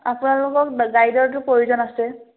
আপোনালোকক গাইডৰটো প্ৰয়োজন আছে